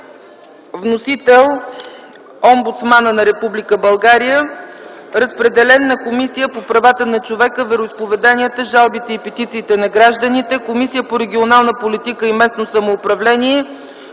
Вносител е омбудсманът на Република България. Разпределен е на Комисията по правата на човека, вероизповеданията, жалбите и петициите на гражданите, Комисията по регионална политика и местно самоуправление,